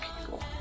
people